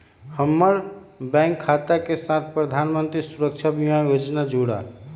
हम्मर बैंक खाता के साथ प्रधानमंत्री सुरक्षा बीमा योजना जोड़ा